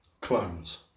clones